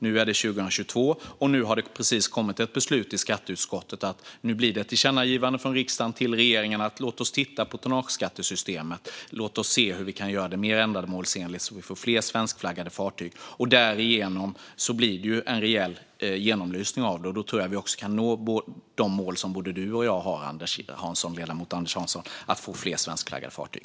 Nu är det 2022, och det har precis kommit ett beslut i skatteutskottet om att föreslå ett tillkännagivande från riksdagen till regeringen om att titta på tonnageskattesystemet och hur vi kan göra det mer ändamålsenligt, så att vi får fler svenskflaggade fartyg. Därigenom blir det en rejäl genomlysning. Då tror jag också att vi kan nå de mål som både du och jag har, Anders Hansson: att få fler svenskflaggade fartyg.